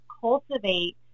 cultivate